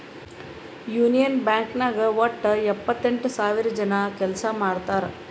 union Bank ನಾಗ್ ವಟ್ಟ ಎಪ್ಪತ್ತೆಂಟು ಸಾವಿರ ಜನ ಕೆಲ್ಸಾ ಮಾಡ್ತಾರ್